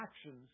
actions